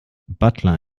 butler